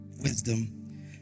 wisdom